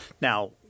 Now